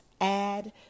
add